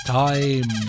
time